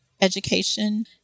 education